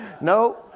No